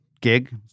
gig